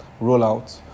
rollout